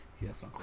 Yes